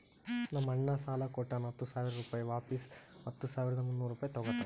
ನಮ್ ಅಣ್ಣಾ ಸಾಲಾ ಕೊಟ್ಟಾನ ಹತ್ತ ಸಾವಿರ ರುಪಾಯಿ ವಾಪಿಸ್ ಹತ್ತ ಸಾವಿರದ ಮುನ್ನೂರ್ ರುಪಾಯಿ ತಗೋತ್ತಾನ್